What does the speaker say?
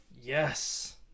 Yes